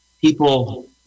people